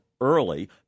early